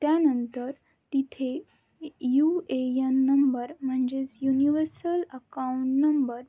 त्यानंतर तिथे U A N number म्हणजेच युनिव्हर्सल अकाऊंट नंबर